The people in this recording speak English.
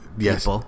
Yes